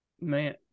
Man